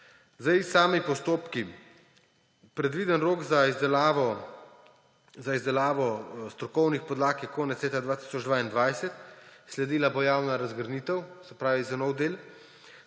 Kladja. Sami postopki. Predviden rok za izdelavo strokovnih podlag je konec leta 2022, sledila bo javna razgrnitev, se pravi za novi del,